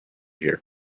here